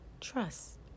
Trust